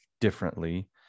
differently